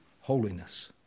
holiness